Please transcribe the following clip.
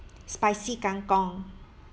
spicy kangkong